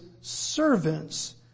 servants